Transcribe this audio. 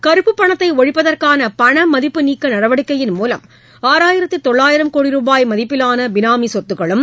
கறுப்புப் பணத்தை ஒழிப்பதற்கான பண மதிப்பு நீக்க நடவடிக்கையின் மூலம் ஆறாயிரத்து தொள்ளாயிரம் கோடி ரூபாய் மதிப்பிலான பினாமி சொத்துக்களும்